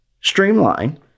streamline